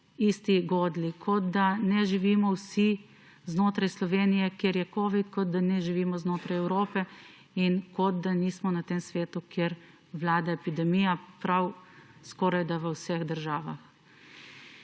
isti godlji, kot da ne živimo vsi znotraj Slovenije, kjer je covid, kot da ne živimo znotraj Evrope in kot da nismo ne tem svetu, kjer vlada epidemija skorajda v vseh državah.